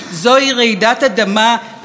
וכל זה ממש בצמוד,